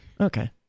Okay